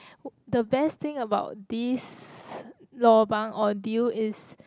the best thing about this lobang or deal is